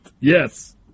Yes